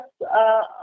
yes